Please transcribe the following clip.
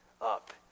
up